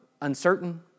uncertain